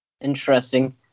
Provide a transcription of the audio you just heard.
Interesting